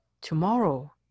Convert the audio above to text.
tomorrow